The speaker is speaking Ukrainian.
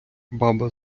баба